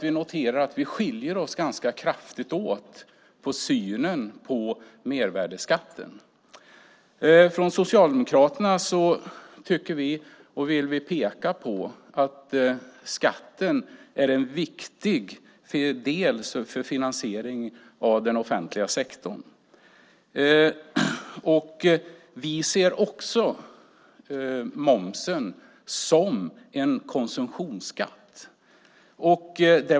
Vi skiljer oss nämligen ganska kraftigt åt i synen på mervärdesskatten. Från Socialdemokraterna vill vi peka på att skatten är en viktig del av finansieringen av den offentliga sektorn. Vi ser också momsen som en konsumtionsskatt.